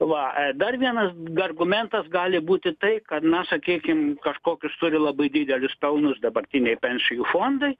va dar vienas argumentas gali būti tai kad na sakykim kažkokius turi labai didelius pelnus dabartiniai pensijų fondai